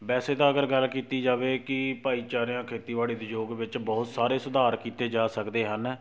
ਵੈਸੇ ਤਾਂ ਅਗਰ ਗੱਲ ਕੀਤੀ ਜਾਵੇ ਕਿ ਭਾਈਚਾਰਿਆਂ ਖੇਤੀਬਾੜੀ ਉਦਯੋਗ ਵਿੱਚ ਬਹੁਤ ਸਾਰੇ ਸੁਧਾਰ ਕੀਤੇ ਜਾ ਸਕਦੇ ਹਨ